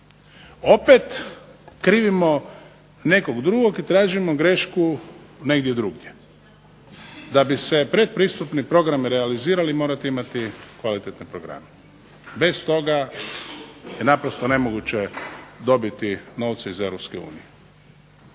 opet krivimo nekog drugog i tražimo grešku negdje drugdje. DA bi se pretpristupni program realizirali morate imati kvalitetne programe, bez toga je naprosto nemoguće dobiti novce iz